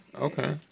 okay